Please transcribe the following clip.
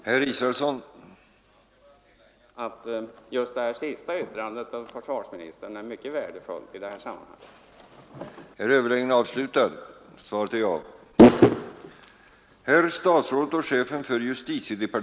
Herr talman! Jag skall bara tillägga att just det senaste yttrandet av försvarsministern är mycket värdefullt i det här sammanhanget.